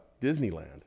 Disneyland